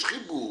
יש חיבור.